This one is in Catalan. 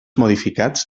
modificats